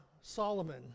Solomon